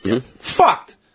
Fucked